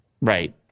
Right